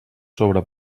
sobre